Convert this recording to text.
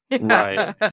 Right